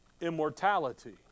Immortality